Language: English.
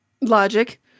Logic